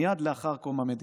מייד לאחר קום המדינה,